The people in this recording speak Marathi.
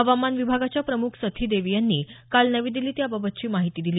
हवामान विभागाच्या प्रमुख सथी देवी यांनी काल नवी दिल्लीत याबाबतची माहिती दिली